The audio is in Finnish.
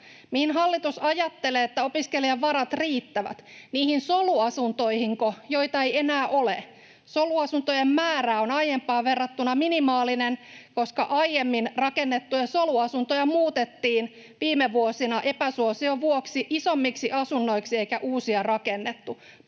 Mihin hallitus ajattelee, että opiskelijan varat riittävät? Niihin soluasuntoihinko, joita ei enää ole? Soluasuntojen määrä on aiempaan verrattuna minimaalinen, koska aiemmin rakennettuja soluasuntoja muutettiin viime vuosina epäsuosion vuoksi isommiksi asunnoiksi eikä uusia rakennettu.